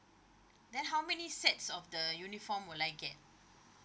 then how many sets of the uniform will I get